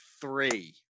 three